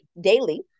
daily